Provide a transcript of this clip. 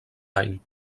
any